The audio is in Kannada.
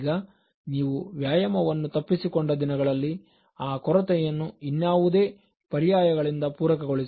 ಈಗ ನೀವು ವ್ಯಾಯಾಮವನ್ನು ತಪ್ಪಿಸಿಕೊಂಡ ದಿನಗಳಲ್ಲಿ ಆ ಕೊರತೆಯನ್ನು ಇನ್ನಾವುದೇ ಪರ್ಯಾಯ ಗಳಿಂದ ಪೂರಕ ಗೊಳಿಸಿ